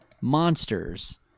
monsters